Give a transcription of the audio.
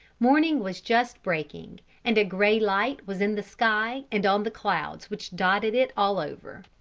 morning was just breaking, and a grey light was in the sky and on the clouds which dotted it all over.